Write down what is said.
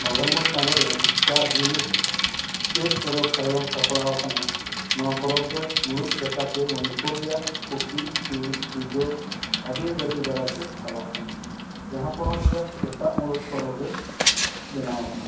November ᱪᱟᱸᱫᱳ ᱨᱮ ᱪᱮᱫ ᱡᱤᱱᱤᱥ ᱪᱮᱫ ᱯᱚᱨᱚᱵᱽ ᱛᱟᱭᱚᱢ ᱥᱟᱯᱲᱟᱣ ᱟᱠᱟᱱᱟ ᱱᱚᱣᱟ ᱯᱚᱨᱚᱵᱽ ᱫᱚ ᱢᱩᱬᱩᱫ ᱞᱮᱠᱟᱛᱮ ᱢᱚᱱᱤᱯᱩᱨ ᱨᱮᱭᱟᱜ ᱠᱳᱠᱤ ᱪᱤᱱ ᱢᱤᱡᱳ ᱟᱹᱫᱤᱢ ᱡᱟᱹᱛᱤ ᱫᱟᱨᱟᱭᱛᱮ ᱯᱟᱞᱟᱜ ᱠᱟᱱᱟ ᱡᱟᱦᱟᱸ ᱯᱚᱱᱚᱛ ᱨᱮᱭᱟᱜ ᱮᱴᱟᱜ ᱢᱩᱬᱩᱫ ᱯᱚᱱᱚᱛᱨᱮ ᱵᱮᱱᱟᱣ ᱟᱠᱟᱱᱟ